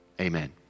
Amen